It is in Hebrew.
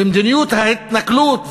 ומדיניות ההתנכלות,